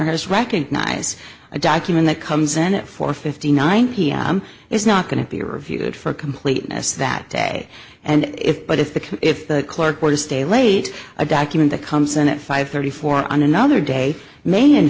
has recognize a document that comes in at four fifty nine pm it's not going to be reviewed for completeness that day and if but if the if the clerk or to stay late a document that comes in at five thirty four on another day ma